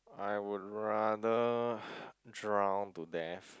I would rather drown to death